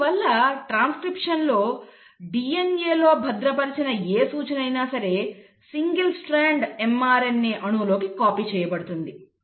అందువల్ల ట్రాన్స్క్రిప్షన్లో DNAలో భద్రపరచబడిన ఏ సూచన అయినా సింగిల్ స్ట్రాండ్ mRNA అణువులోకి కాపీ చేయబడుతుంది